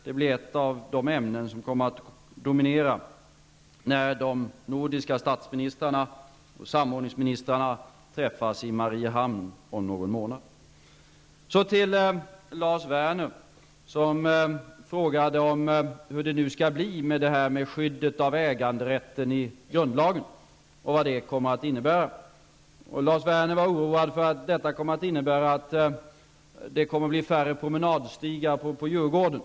Det blir ett av de ämnen som kommer att dominera när de nordiska statsministrarna och samordningsministrarna träffas i Mariehamn om en månad. Lars Werner frågade hur det skall bli med skyddet av äganderätten i grundlagen och vad det kommer att innebära. Lars Werner var orolig för att detta kommer att innebära att det kommer att bli färra promenadstigar på Djurgården.